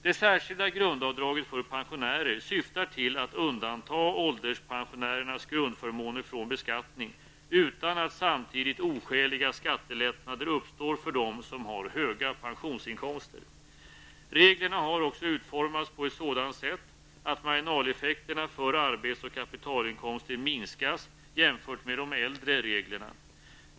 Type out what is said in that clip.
Det särskilda grundavdraget för pensionärer syftar till att undanta ålderspensionärernas grundförmåner från beskattning utan att samtidigt oskäliga skattelättnader uppstår för dem som har höga pensionsinkomster. Reglerna har också utformats på ett sådant sätt att marginaleffekterna för arbets och kapitalinkomster minskas jämfört med de äldre reglerna.